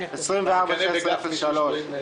תוכנית 24-16-03: